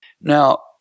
Now